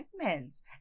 segments